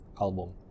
album